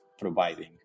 providing